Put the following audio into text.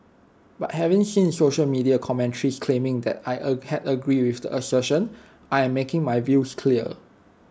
but having seen social media commentaries claiming that I A had agree with the assertion I am making my views clear